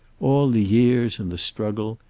all the years and the struggle,